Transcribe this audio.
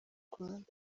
rwanda